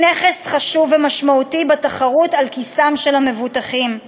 נכס חשוב ומשמעותי בתחרות על כיסם של המבוטחים.